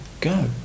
go